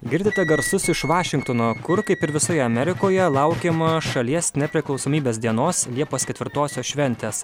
girdite garsus iš vašingtono kur kaip ir visoje amerikoje laukiama šalies nepriklausomybės dienos liepos ketvirtosios šventės